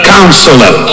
Counselor